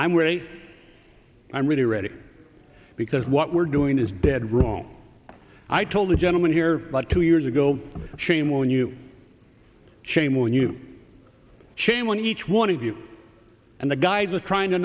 great i'm really ready because what we're doing is dead wrong i told a gentleman here about two years ago shame on you shame on you shame on each one of you and the guys are trying to